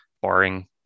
Barring